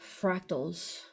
fractals